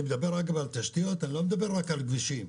אגב, תשתיות זה לא רק כבישים.